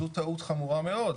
זו טעות חמורה מאוד.